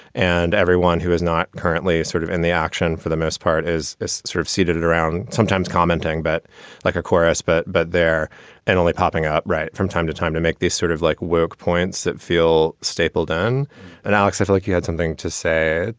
and everyone who is not currently sort of in the action for the most part is is sort of seated it around sometimes commenting but like a chorus. but but they're and only popping up right from time to time to make these sort of like work points that feel stapledon and alex, i feel like you had something to say,